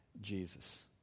Jesus